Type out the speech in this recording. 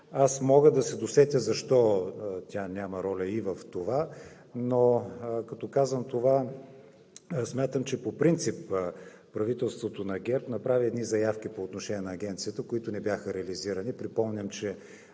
Аз мога да се досетя защо тя няма роля и в това, но, като казвам, това, смятам, че по принцип правителството на ГЕРБ направи едни заявки по отношение на Агенцията, които не бяха реализирани.